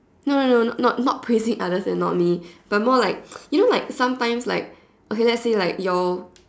no no no not not not praising others and not me but more like you know like sometimes like okay let's say like your